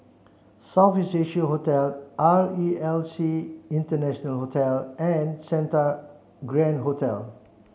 South East Asia Hotel R E L C International Hotel and Santa Grand Hotel